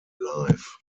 life